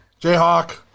jayhawk